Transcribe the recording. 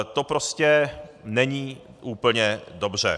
To prostě není úplně dobře.